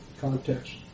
context